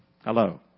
Hello